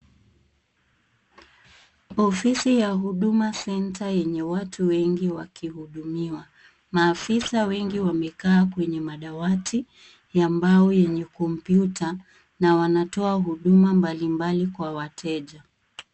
Ofisi ya Huduma Center yenye watu wengi wakihudumiwa. Maafisa wengi wamekaa kwenye madawati ya mbao yenye kompyuta na wanatoa huduma mbalimbali kwa wateja.